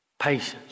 patience